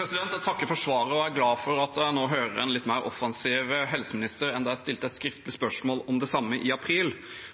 er glad for at jeg nå hører en litt mer offensiv helseminister enn da jeg stilte et skriftlig spørsmål om det samme i april.